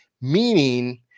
Meaning